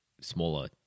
smaller